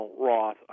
Roth